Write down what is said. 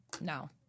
No